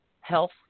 health